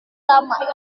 lama